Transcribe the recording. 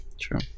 True